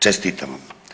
Čestitamo!